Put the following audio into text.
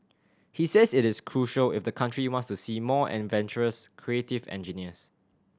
he says it is crucial if the country wants to see more adventurous creative engineers